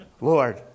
Lord